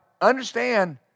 understand